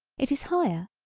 it is higher,